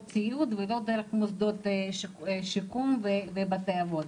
סיעוד ולא דרך מוסדות שיקום ובתי אבות.